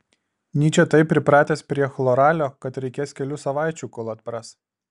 nyčė taip pripratęs prie chloralio kad reikės kelių savaičių kol atpras